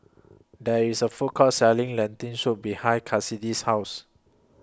There IS A Food Court Selling Lentil Soup behind Kassidy's House